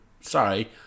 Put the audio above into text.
Sorry